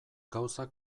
gauzak